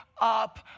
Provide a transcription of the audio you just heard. up